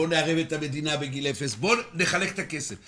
בוא נערב את המדינה בגיל אפס, בוא נחלק את הכסף.